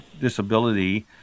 disability